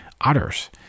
others